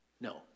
No